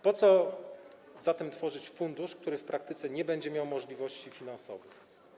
Po co zatem tworzyć fundusz, który w praktyce nie będzie miał możliwości finansowych?